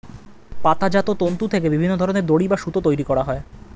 পাতাজাত তন্তু থেকে বিভিন্ন ধরনের দড়ি বা সুতো তৈরি করা হয়